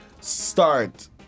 start